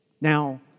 Now